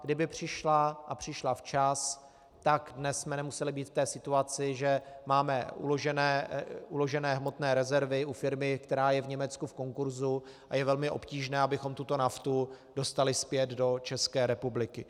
A kdyby přišla a přišla včas, dnes jsme nemuseli být v té situaci, že máme uložené hmotné rezervy u firmy, která je v Německu v konkurzu, a je velmi obtížné, abychom tuto naftu dostali zpět do České republiky.